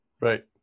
Right